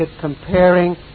comparing